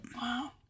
wow